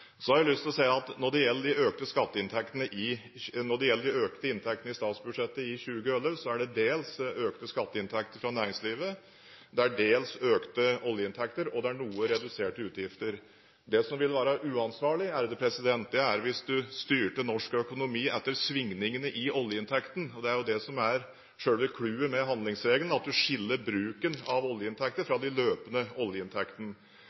Så har jeg lyst til å si at når det gjelder de økte inntektene i statsbudsjettet i 2011, er det dels økte skatteinntekter fra næringslivet og dels økte oljeinntekter, og det er noe reduserte utgifter. Det som vil være uansvarlig, er hvis en styrte norsk økonomi etter svingningene i oljeinntektene – det er det som er selve clouet med handlingsregelen at en skiller bruken av oljeinntektene fra de løpende oljeinntektene.